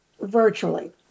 virtually